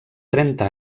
trenta